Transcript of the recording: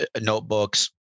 notebooks